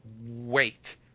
wait